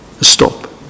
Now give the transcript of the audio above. stop